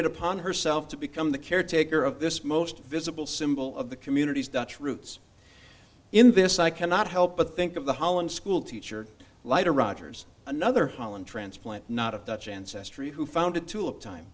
it upon herself to become the caretaker of this most visible symbol of the communities dutch roots in this i cannot help but think of the holland school teacher leiter rogers another holland transplant not of dutch ancestry who founded tulip time